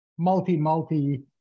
multi-multi